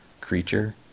creature